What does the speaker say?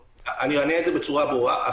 אענה על זה בצורה ברורה.